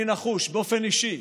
אני נחוש באופן אישי